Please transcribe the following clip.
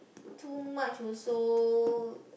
too much also